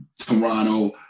Toronto